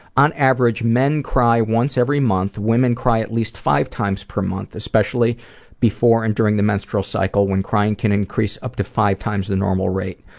on average, men cry once every month. women cry at least five times per month, especially before and during the menstrual cycle when crying can increase up to five times the normal rate